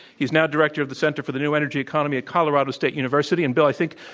he's now director of the center for the new energy economy at colorado state university. and bill, i think,